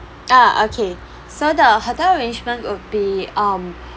ah okay so the hotel arrangement would be um